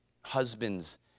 husbands